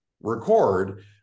record